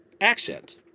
accent